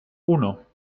uno